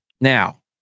Now